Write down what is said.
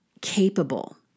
capable